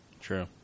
True